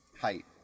height